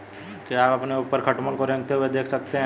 क्या आप अपने ऊपर खटमल को रेंगते हुए देख सकते हैं?